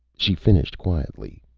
she finished quietly,